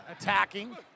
attacking